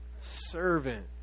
servant